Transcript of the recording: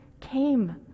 came